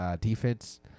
defense